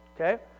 okay